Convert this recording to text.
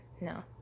No